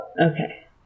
Okay